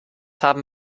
haben